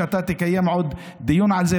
ואתה עוד תקיים עוד דיון על זה,